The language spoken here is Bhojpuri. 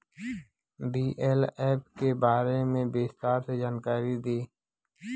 बी.एल.एफ के बारे में विस्तार से जानकारी दी?